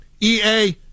EA